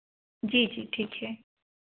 जी जी ठीक है